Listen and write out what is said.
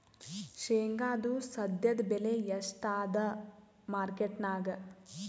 ಶೇಂಗಾದು ಸದ್ಯದಬೆಲೆ ಎಷ್ಟಾದಾ ಮಾರಕೆಟನ್ಯಾಗ?